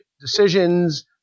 decisions